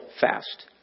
fast